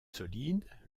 solides